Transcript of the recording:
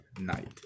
night